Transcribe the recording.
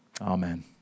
Amen